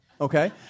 Okay